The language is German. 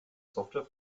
software